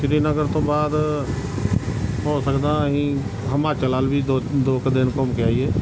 ਸ਼੍ਰੀਨਗਰ ਤੋਂ ਬਾਅਦ ਹੋ ਸਕਦਾ ਅਸੀਂ ਹਿਮਾਚਲ ਵੱਲ ਵੀ ਦੋ ਦੋ ਕੁ ਦਿਨ ਘੁੰਮ ਕੇ ਆਈਏ